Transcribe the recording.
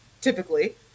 typically